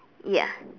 ya